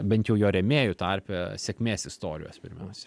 bent jau jo rėmėjų tarpe sėkmės istorijos pirmiausia